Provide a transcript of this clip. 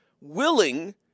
willing